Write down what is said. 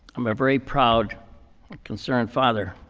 i'm a very proud concerned father.